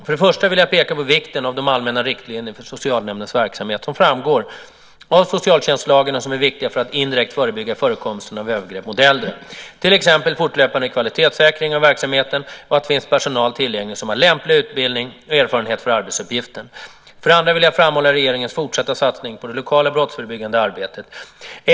För det första vill jag peka på vikten av de allmänna riktlinjer för socialnämndens verksamhet som framgår av socialtjänstlagen och som är viktiga för att indirekt förebygga förekomsten av övergrepp mot äldre, till exempel fortlöpande kvalitetssäkring av verksamheten och att det finns personal tillgänglig som har lämplig utbildning och erfarenhet för arbetsuppgiften. För det andra vill jag framhålla regeringens fortsatta satsning på det lokala brottsförebyggande arbetet.